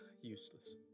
Useless